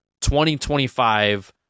2025